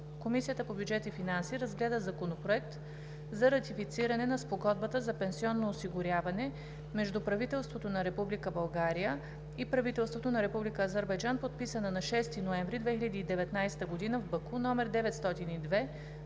Комисията по бюджет и финанси разгледа Законопроект за ратифициране на Спогодбата за пенсионно осигуряване между правителството на Република България и правителството на Република Азербайджан, подписана на 6 ноември 2019 г. в Баку, №